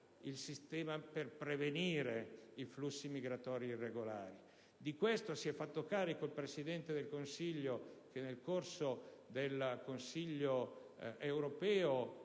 il sistema per prevenire i flussi migratori irregolari; di questo si è fatto carico il Presidente del Consiglio, che al Consiglio europeo